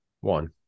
One